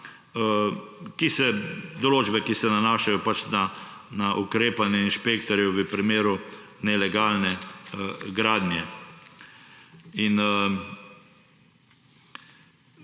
določbe, ki se nanašajo pač na ukrepanje inšpektorjev v primeru nelegalne gradnje.